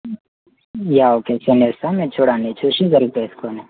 yeah okay send చేస్తా మీరు చూడండి చూసి మీరు సెలెక్ట్ చేసుకోండి